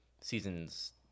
seasons